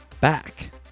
back